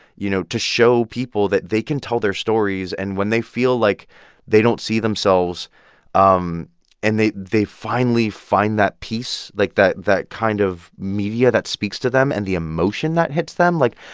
you know, to show people that they can tell their stories, and when they feel like they don't see themselves um and they they finally find that piece, like, that that kind of media that speaks to them and the emotion that hits them like,